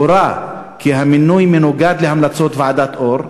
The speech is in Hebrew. קבע כי המינוי מנוגד להמלצות ועדת אור,